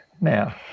now